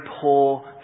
poor